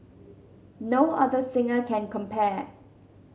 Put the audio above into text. no other singer can compare